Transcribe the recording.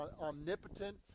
omnipotent